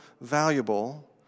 valuable